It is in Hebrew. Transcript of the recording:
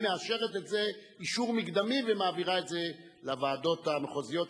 היא מאשרת את זה אישור מקדמי ומעבירה את זה לוועדות המחוזיות,